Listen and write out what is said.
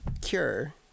cure